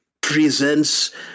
presents